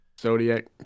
Zodiac